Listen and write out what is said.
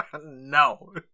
No